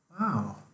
Wow